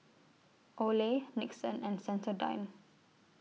Olay Nixon and Sensodyne